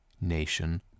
nation